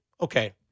okay